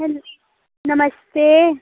hello नमस्ते